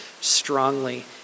strongly